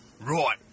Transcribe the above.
Right